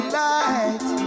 light